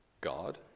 God